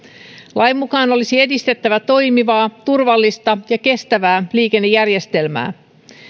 lain mukaan olisi edistettävä toimivaa turvallista ja kestävää liikennejärjestelmää